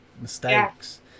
mistakes